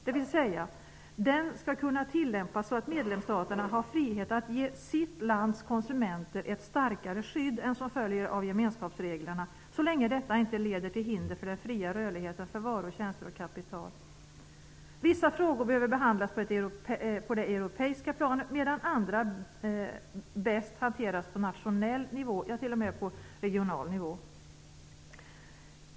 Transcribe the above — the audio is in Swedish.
Den skall kunna tillämpas så att medlemsstaterna har frihet att ge sitt lands konsumenter ett starkare skydd än vad som följer av gemenskapsreglerna, så länge detta inte leder till hinder för den fria rörligheten för varor, tjänster och kapital. Vissa frågor behöver behandlas på det europeiska planet, medan andra bäst hanteras på nationell nivå - ja, t.o.m. på regional nivå.